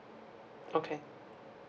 okay